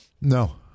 No